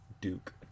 Duke